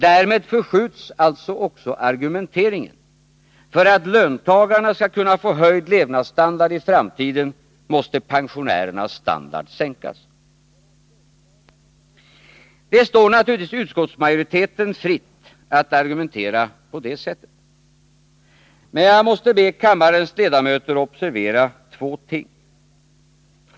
Därmed förskjuts alltså argumenteringen — för att löntagarna skall kunna få en höjning av levnadsstandarden i framtiden måste pensionärernas standard sänkas. Det står naturligtvis utskottsmajoriteten fritt att argumentera på det sättet. Men jag måste be kammarens ledamöter observera två ting.